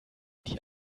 die